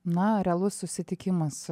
na realus susitikimas